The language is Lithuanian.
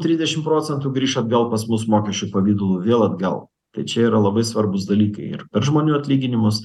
trisdešim procentų grįš atgal pas mus mokesčių pavidalu vėl atgal tai čia yra labai svarbūs dalykai ir per žmonių atlyginimus